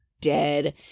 dead